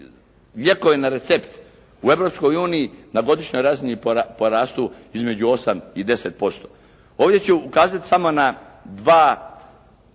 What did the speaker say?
lijekovi na recept u Europskoj uniji na godišnjoj razini porastu između 8 i 10%. Ovdje ću ukazati samo na dva